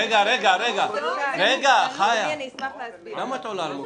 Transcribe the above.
חיה, למה את עולה על מוקשים.